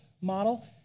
model